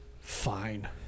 fine